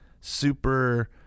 super